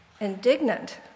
indignant